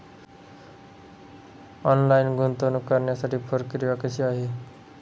Online गुंतवणूक करण्यासाठी प्रक्रिया कशी आहे?